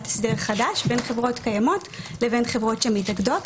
הסדר חדש בין חברות קיימות לבין חברות שמתאגדות.